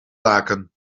laken